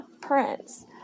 prince